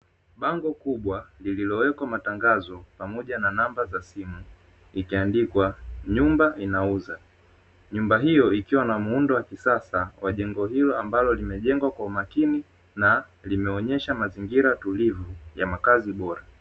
Bango kubwa lililowekwa matangazo pamoja na namba za simu ikiandikwa nyumba inauzwa, nyumba hiyo ikiwa na muundo wa kisasa wa jengo hilo ambalo limejengwa kwa umakini, na limeonyesha mazingira tulivu ya makazi bora.